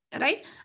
right